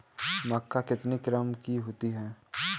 मक्का कितने किस्म की होती है?